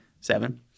Seven